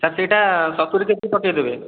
sir ସେଇଟା ସତୁରି KG ପକାଇଦେବେ